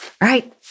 right